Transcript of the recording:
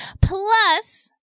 Plus